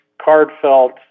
Cardfelt